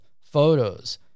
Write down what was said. photos